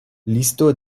listo